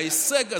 ההישג הזה,